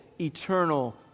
eternal